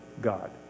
God